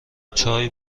چای